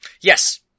Yes